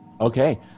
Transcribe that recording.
Okay